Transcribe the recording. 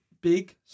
Big